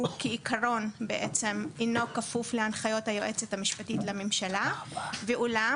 הוא כעיקרון בעצם אינו כפוף להנחיות היועצת המשפטית לממשלה ואולם